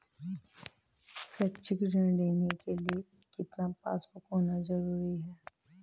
शैक्षिक ऋण लेने के लिए कितना पासबुक होना जरूरी है?